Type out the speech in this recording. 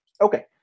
okay